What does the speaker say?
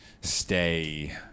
stay